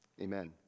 amen